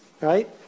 right